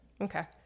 okay